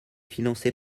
financé